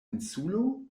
insulo